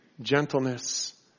gentleness